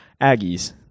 Aggies